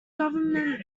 government